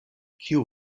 kiu